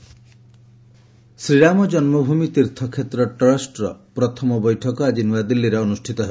ରାମ ଜନ୍ମଭୂମି ଶ୍ରୀରାମ ଜନ୍ମଭୂମି ତୀର୍ଥକ୍ଷେତ୍ର ଟ୍ରଷ୍ଟର ପ୍ରଥମ ବୈଠକ ଆଜି ନୂଆଦିଲ୍ଲୀରେ ଅନୁଷ୍ଠିତ ହେବ